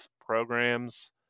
programs